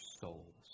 souls